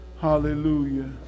Hallelujah